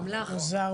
זה אמל"ח.